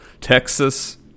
texas